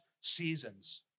seasons